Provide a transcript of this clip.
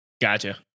Gotcha